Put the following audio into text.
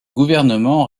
gouvernement